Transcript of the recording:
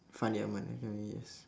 fandi-ahmad academy yes